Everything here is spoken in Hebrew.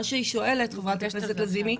מה שחברת הכנסת לזימי,